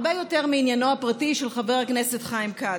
הרבה יותר מעניינו הפרטי של חבר הכנסת חיים כץ.